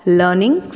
learning